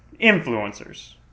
influencers